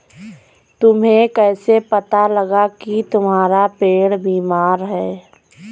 तुम्हें कैसे पता लगा की तुम्हारा पेड़ बीमार है?